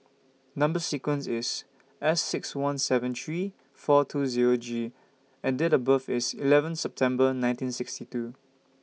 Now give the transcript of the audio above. Number sequence IS S six one seven three four two Zero G and Date of birth IS eleven September nineteen sixty two